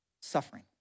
suffering